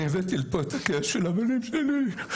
אני הבאתי לפה את הכאב של הבנים שלי.